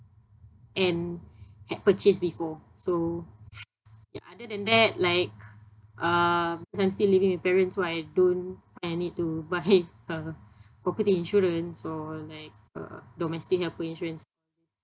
and had purchased before so ya other than that like uh cause I'm still living with parents so I don't I need to buy uh property insurance or like uh domestic helper insurance